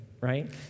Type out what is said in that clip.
right